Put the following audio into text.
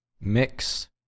Mix